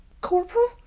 Corporal